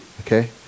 okay